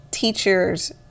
teachers